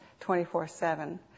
24-7